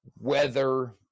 weather